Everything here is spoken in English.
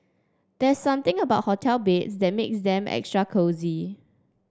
there's something about hotel beds that makes them extra cosy